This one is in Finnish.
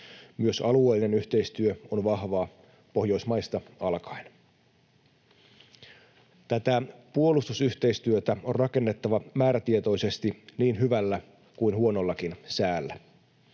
Myös alueellinen yhteistyö on vahvaa, Pohjoismaista alkaen. Tätä puolustusyhteistyötä on rakennettava määrätietoisesti niin hyvällä kuin huonollakin säällä.